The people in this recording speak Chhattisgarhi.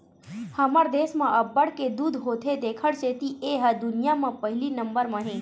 हमर देस म अब्बड़ के दूद होथे तेखर सेती ए ह दुनिया म पहिली नंबर म हे